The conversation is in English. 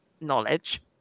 knowledge